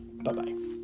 bye-bye